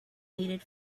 needed